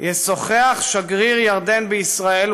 ישוחח שגריר ירדן בישראל,